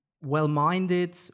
well-minded